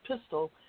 pistol